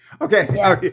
Okay